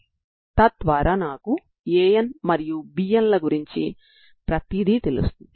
దీనికి ఎటువంటి సరిహద్దు లేదు మరియు ఇది పరిష్కారాన్ని కలిగి ఉంది